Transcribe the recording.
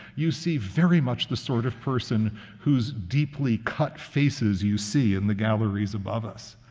you see very much the sort of person whose deeply cut faces you see in the galleries above us.